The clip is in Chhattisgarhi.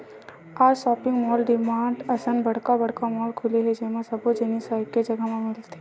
आज सॉपिंग मॉल, डीमार्ट असन बड़का बड़का मॉल खुले हे जेमा सब्बो जिनिस ह एके जघा म मिलत हे